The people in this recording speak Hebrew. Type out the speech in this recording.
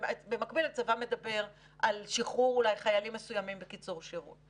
ובמקביל הצבא מדבר על שחרור אולי חיילים מסוימים בקיצור שירות?